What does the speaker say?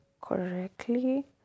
correctly